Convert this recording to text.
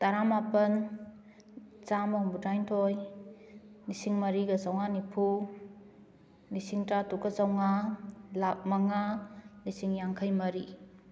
ꯇꯔꯥ ꯃꯥꯄꯜ ꯆꯥꯝꯃ ꯍꯨꯝꯐꯨ ꯇꯔꯥꯅꯤꯊꯣꯏ ꯂꯤꯁꯤꯡ ꯃꯔꯤꯒ ꯆꯥꯝꯃꯉꯥ ꯅꯤꯐꯨ ꯂꯤꯁꯤꯡ ꯇꯔꯥ ꯇꯔꯨꯛꯀ ꯆꯥꯝꯃꯉꯥ ꯂꯥꯛ ꯃꯉꯥ ꯂꯤꯁꯤꯡ ꯌꯥꯡꯈꯩ ꯃꯔꯤ